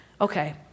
Okay